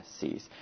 sees